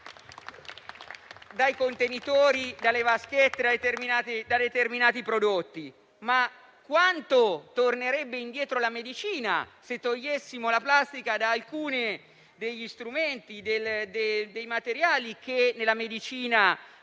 dai contenitori, dalle vaschette per determinati prodotti? Quanto tornerebbe indietro la medicina se eliminassimo la plastica da alcuni degli strumenti e dei materiali che nella medicina